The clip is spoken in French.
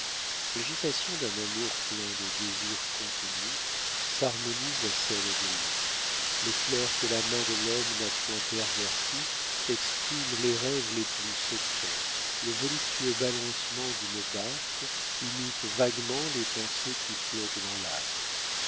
l'agitation d'un amour plein de désirs contenus s'harmonie à celle de l'eau les fleurs que la main de l'homme n'a point perverties expriment ses rêves les plus secrets le voluptueux balancement d'une barque imite vaguement les pensées qui flottent dans l'âme